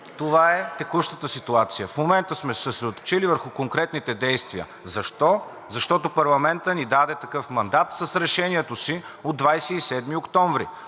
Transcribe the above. и реплики от ВЪЗРАЖДАНЕ.) В момента сме се съсредоточили върху конкретните действия. Защо? Защото парламентът ни даде такъв мандат с решението си от 27 октомври.